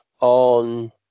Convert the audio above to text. on